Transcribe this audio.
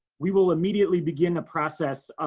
we will immediately begin a process